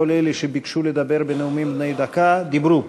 כל אלה שביקשו לדבר בנאומים בני דקה דיברו.